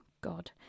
God